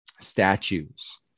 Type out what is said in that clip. statues